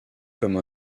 comme